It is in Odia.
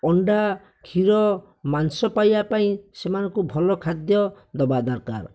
ଅଣ୍ଡା କ୍ଷୀର ମାଂସ ପାଇବା ପାଇଁ ସେମାନଙ୍କୁ ଭଲ ଖାଦ୍ୟ ଦେବା ଦରକାର